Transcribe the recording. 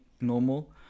normal